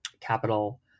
capital